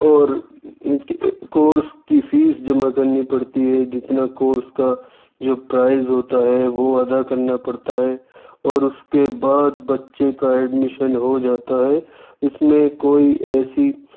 اور کورس کی فیس جمع کرنی پڑتی ہے جتنا کورس کا جو پرائز ہوتا ہے وہ ادا کرنا پڑتا ہے اور اُس کے بعد بچّے کا ایڈمیشن ہوجاتا ہے اُس میں کوئی ایسی